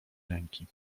ręki